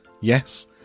Yes